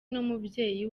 n’umubyeyi